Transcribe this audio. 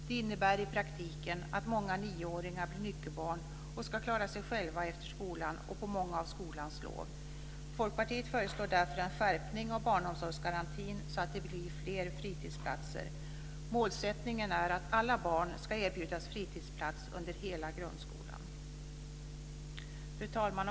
Det innebär i praktiken att många nioåringar blir nyckelbarn och ska klara sig själva efter skolan och på många av skolans lov. Fru talman!